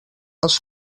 els